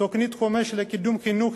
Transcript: תוכנית חומש לקידום חינוך,